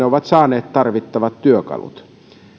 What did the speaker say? ovat saaneet tarvittavat työkalut